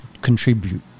contribute